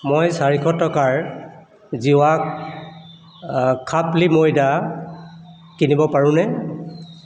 মই চাৰিশ টকাৰ জিৱা খাপ্লি ময়দা কিনিব পাৰোঁনে